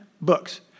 books